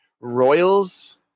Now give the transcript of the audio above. Royals